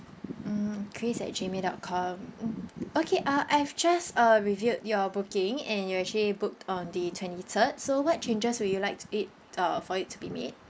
mm chris at gmail dot com mm okay uh I've just uh reviewed your booking and you actually booked on the twenty third so what changes will you like it uh for it to be made